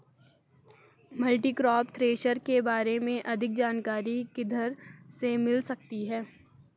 Multicrop thresher के बारे में अधिक जानकारी किधर से मिल सकती है?